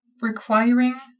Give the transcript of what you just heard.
requiring